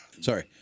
Sorry